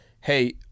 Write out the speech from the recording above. hey